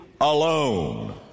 Alone